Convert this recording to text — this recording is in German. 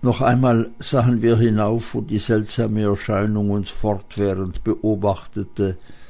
noch einmal sahen wir hinauf wo die seltsame erscheinung uns fortwährend beobachtete